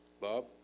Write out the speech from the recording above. bob